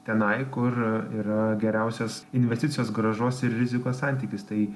tenai kur yra geriausias investicijos grąžos ir rizikos santykis tai